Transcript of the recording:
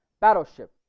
battleship